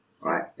right